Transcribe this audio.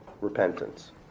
repentance